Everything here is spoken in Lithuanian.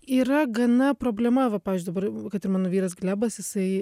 yra gana problema va pavyzdžiui dabar kad ir mano vyras glebas jisai